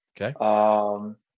Okay